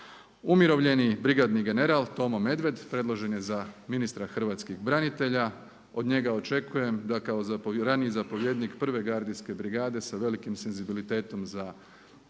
Umirovljeni brigadni general Tomo Medved predložen je za ministra hrvatskih branitelja, od njega očekujem da kao raniji zapovjednik 1. gardijske brigade sa velikim senzibilitetom za otvorena